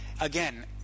again